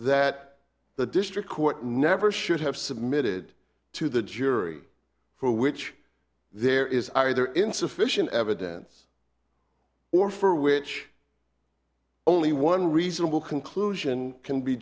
that the district court never should have submitted to the jury for which there is are either insufficient evidence or for which only one reasonable conclusion can be